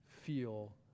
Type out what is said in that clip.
feel